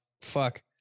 Fuck